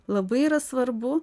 labai yra svarbu